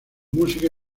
música